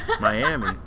Miami